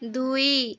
ଦୁଇ